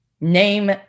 name